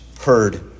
heard